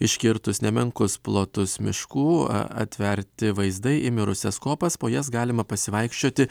iškirtus nemenkus plotus miškų atverti vaizdai į mirusias kopas po jas galima pasivaikščioti